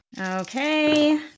Okay